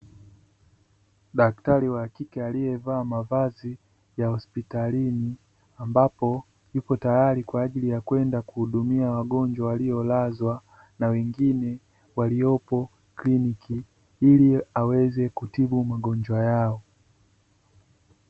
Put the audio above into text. Daktari wa kike aliyevaa mavazi ya hospitalini ambapo yupo tayari kwa ajili ya kwenda kuhudumia wagonjwa waliolazwa na wengine waliopo kliniki ili aweze kutibu magonjwa yao.